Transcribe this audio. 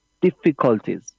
difficulties